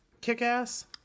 Kick-Ass